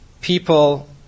people